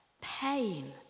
pain